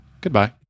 Goodbye